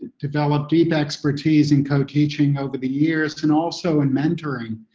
developed expertise in co-teaching over the years, and also in mentoring,